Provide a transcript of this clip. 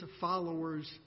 followers